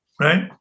right